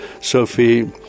Sophie